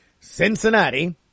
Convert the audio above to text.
Cincinnati